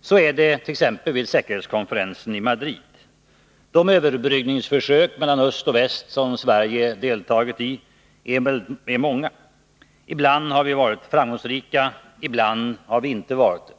Så är det t.ex. vid säkerhetskonferensen i Madrid. De överbryggningsförsök beträffande förhållandet mellan öst och väst som Sverige har deltagit i är många. Ibland har vi varit framgångsrika, ibland har vi inte varit det.